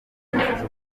serivisi